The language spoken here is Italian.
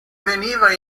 veniva